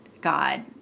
God